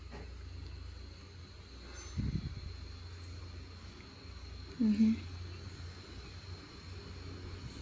mmhmm